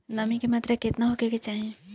नमी के मात्रा केतना होखे के चाही?